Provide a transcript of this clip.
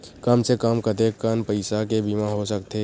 कम से कम कतेकन पईसा के बीमा हो सकथे?